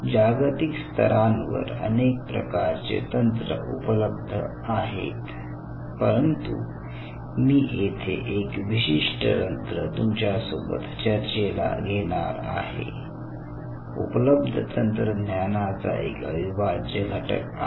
जागतिक स्तरांवर अनेक प्रकारचे तंत्र उपलब्ध आहेत परंतु मी येथे एक विशिष्ट तंत्र तुमच्यासोबत चर्चेला घेणार आहे उपलब्ध तंत्रज्ञानाचा एक अविभाज्य घटक आहे